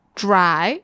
dry